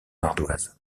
ardoise